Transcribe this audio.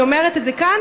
אני אומרת את זה כאן,